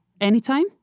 Anytime